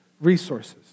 resources